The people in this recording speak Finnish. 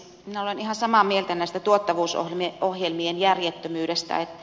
minä olen ihan samaa mieltä tästä tuottavuusohjelmien järjettömyydestä